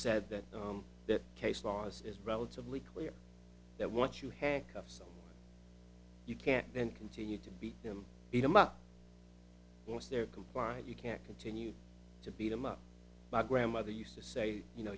said that that case loss is relatively clear that what you handcuff so you can't then continue to beat him beat him up once they're compliant you can't continue to beat him up by grandmother used to say you know